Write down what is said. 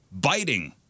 Biting